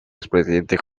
expresidente